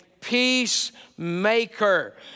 peacemaker